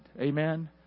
Amen